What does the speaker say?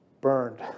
Burned